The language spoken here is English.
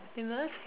finless